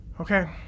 Okay